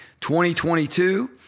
2022